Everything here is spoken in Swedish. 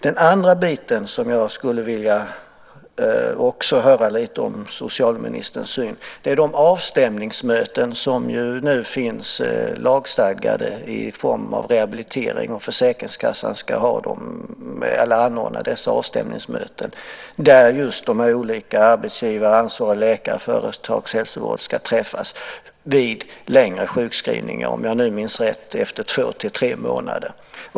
Den andra fråga där jag också skulle vilja höra lite om socialministerns synsätt gäller de avstämningsmöten som nu är lagstadgade för rehabilitering. Försäkringskassorna ska anordna dessa avstämningsmöten med alla berörda, där de olika arbetsgivarna och ansvarig läkare i företagshälsovården ska träffas vid längre sjukskrivningar, om jag minns rätt efter två till tre månader.